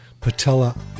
patella